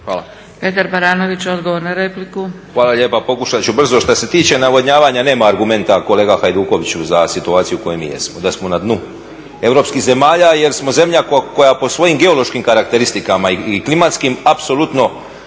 repliku. **Baranović, Petar (Nezavisni)** Hvala lijepa. Pokušat ću brzo. Što se tiče navodnjavanja nema argumenta kolega Hajdukoviću za situaciju u kojoj mi jesmo da smo na dnu europskih zemalja jer smo zemlja koja po svojim geološkim karakteristikama i klimatskim apsolutno